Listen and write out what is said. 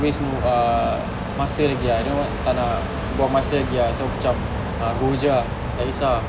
waste ah masa lagi ah know what tak nak buang masa lagi ah so aku cam ah go jer ah tak kesah ah